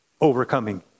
overcoming